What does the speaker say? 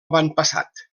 avantpassat